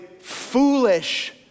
foolish